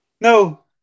No